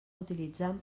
utilitzant